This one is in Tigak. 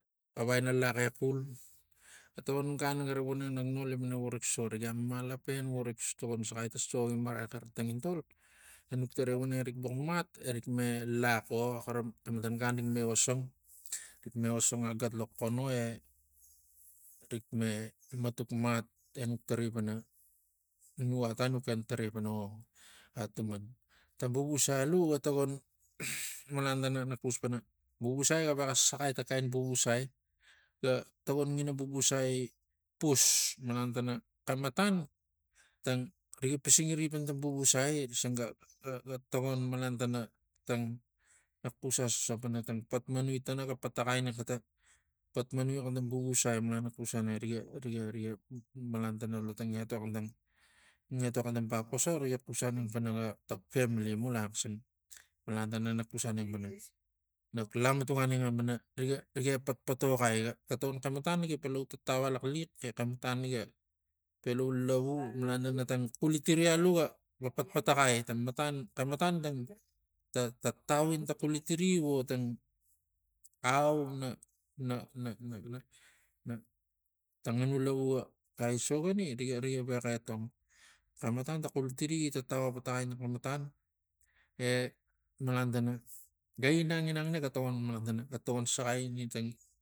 Ga vakaina lax exul ga togon gan gara vo neng nak noli pana vo rik so riga malapen vo rik tokon saxai tang so gi maraxai xari tangintol e nuk tarai voneng rik vux mat erik me lax o xematan gan rik me osong rik me osong agat lo xono e rik me matuk mat. E nuk tarai pana nu ata nu ken tarai pana ong atuman. Ta vuvusai alu ga togon malan tana nak xus pana vuvusai gavexa saxai ta kain vuvusai ga togon ngina vuvusai pus malan tana xematan tang riga pisingiri pana tang vuvusai xisang ga- ga- ga togon malan tana tang nak xus asoso ta patmanui ta ga pataxai ini ta patmanui ini tang vuvusai malan nak xus aneng riga riga riga malan tana lo tang etok ina tang etok ina bap xasun riga xus aneng pana ta famili mula xisang malan tana nak xus aneng pana nak lamatuk aneng pana riga epatpatoxai ga- ga tokon xematan ga pelau tatau alaxliax e xematan riga pelau lavu malan tana tang xulitiri alu ga- ga patpataxai ta matan xematan ta- ta- ta ina tang xulitiri vo tang au na na- na- na- na ta nganu lavu ga aisokani riga riga vexa etong xematan ta xulitiri gi tatau pataxai tana xematan e malan tana ga inang inang inang naga tokon malan tana ga tokon saxai iri